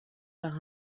par